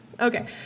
Okay